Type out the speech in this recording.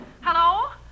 Hello